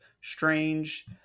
strange